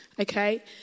Okay